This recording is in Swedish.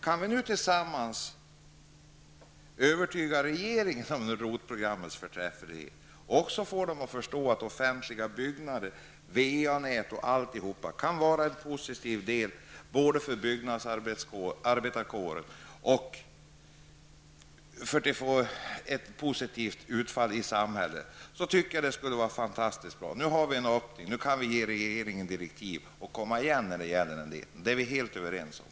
Om vi tillsammans nu kan övertyga regeringen om ROT programmets förträfflighet och få den att förstå att offentliga byggnader, VA-nät, m.m. kan vara en positiv del för byggnadsarbetarkåren och få ett positivt utfall i samhället, tycker jag att det skulle vara fantastiskt bra. Nu har vi en öppning, och nu kan vi ge regeringen direktiv att komma igen när det gäller detta. Det är vi helt överens om.